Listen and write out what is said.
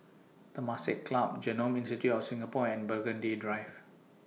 Temasek Club Genome Institute of Singapore and Burgundy Drive